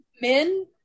men